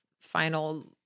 final